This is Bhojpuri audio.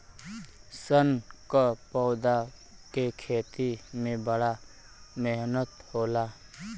सन क पौधा के खेती में बड़ा मेहनत होला